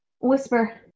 Whisper